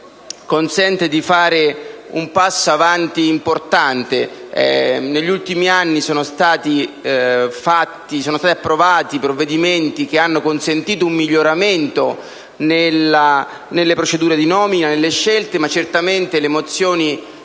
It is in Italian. consente di fare un importante passo in avanti. Negli ultimi anni sono stati approvati provvedimenti che hanno consentito un miglioramento nelle procedure di nomina e nelle scelte, ma certamente le mozioni